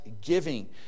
giving